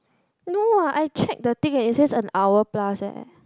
no what I check the thing leh it says an hour plus leh